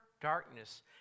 darkness